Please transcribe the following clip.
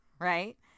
right